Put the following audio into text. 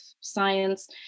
science